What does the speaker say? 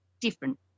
different